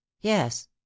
Yes